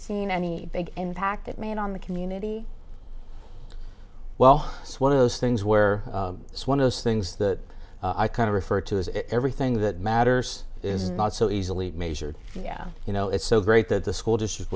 seen any big impact it made on the community well it's one of those things where it's one of those things that i kind of refer to as everything that matters is not so easily measured yeah you know it's so great that the school district